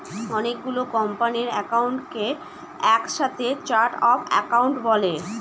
অনেকগুলো কোম্পানির একাউন্টকে এক সাথে চার্ট অফ একাউন্ট বলে